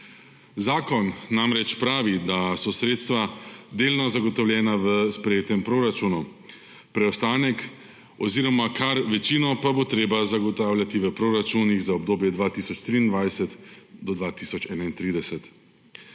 Zakon namreč pravi, da so sredstva delno zagotovljena v sprejetem proračunu, preostanek oziroma kar večino pa bo treba zagotavljati v proračunih za obdobje 2023 do 2031;